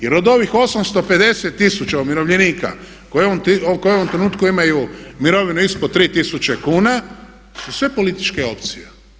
Jer od ovih 850000 umirovljenika koji u ovom trenutku imaju mirovinu ispod 3000 kn su sve političke opcije.